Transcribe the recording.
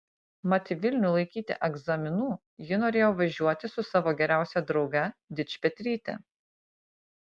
mat į vilnių laikyti egzaminų ji norėjo važiuoti su savo geriausia drauge dičpetryte